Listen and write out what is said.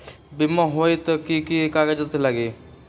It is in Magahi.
बिमा होई त कि की कागज़ात लगी?